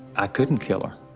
i couldn't kill her.